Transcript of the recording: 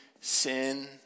sin